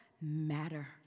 matter